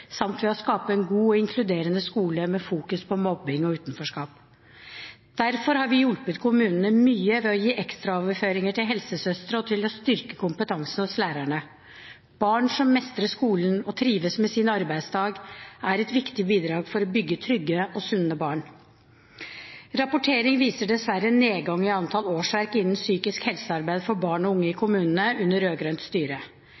samt ved å skape en god og inkluderende skole med fokus på mobbing og utenforskap. Derfor har vi hjulpet kommunene mye ved å gi ekstra overføringer til helsesøstre og til å styrke kompetansen hos lærerne. Barn som mestrer skolen og trives med sin arbeidsdag, er et viktig bidrag for å bygge trygge og sunne barn. Rapportering viser dessverre en nedgang i antall årsverk innen psykisk helsearbeid for barn og unge i kommunene, under rød-grønt styre.